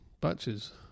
batches